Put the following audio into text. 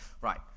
right